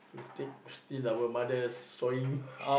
we take steal our mother's sewing